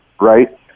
Right